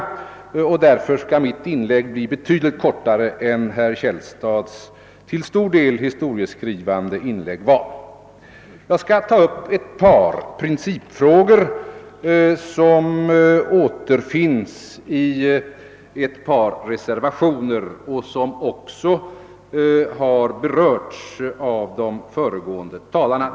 Mitt inlägg skall därför bli betydligt kortare än herr Källstads till stor del historieskrivande inlägg var. Jag skall ta upp ett par principfrågor som återfinns i ett par reservationer som också har berörts av de föregående talarna.